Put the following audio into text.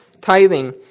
tithing